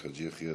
חאג' יחיא,